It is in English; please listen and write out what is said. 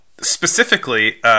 specifically